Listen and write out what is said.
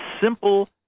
simple